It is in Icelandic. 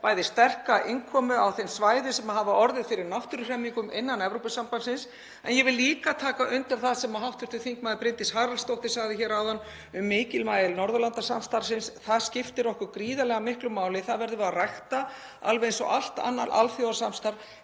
með sterka innkomu á þeim svæðum sem hafa orðið fyrir náttúruhremmingum innan Evrópusambandsins. En ég vil líka taka undir það sem hv. þm. Bryndís Haraldsdóttir sagði áðan um mikilvægi Norðurlandasamstarfsins. Það skiptir okkur gríðarlega miklu máli og það verðum við að rækta alveg eins og allt annað alþjóðasamstarf.